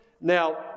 Now